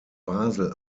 basel